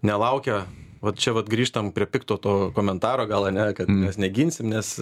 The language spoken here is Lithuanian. nelaukia vat čia vat grįžtam prie pikto to komentaro gal ane kad neginsim nes